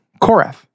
Korath